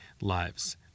lives